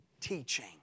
teaching